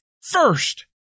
first